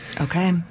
Okay